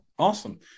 Awesome